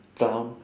clown